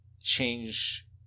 change